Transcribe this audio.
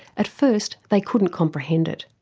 at first they couldn't comprehend it.